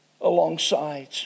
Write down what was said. alongside